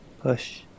push